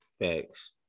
Thanks